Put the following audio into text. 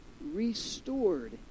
restored